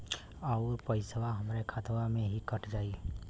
अउर पइसवा हमरा खतवे से ही कट जाई?